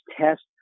test